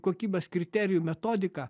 kokybės kriterijų metodiką